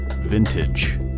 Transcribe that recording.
Vintage